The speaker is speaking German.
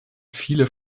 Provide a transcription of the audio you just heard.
viele